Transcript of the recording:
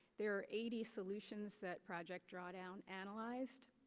there are eighty solutions that project drawdown analyzed,